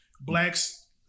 blacks